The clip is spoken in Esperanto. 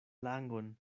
langon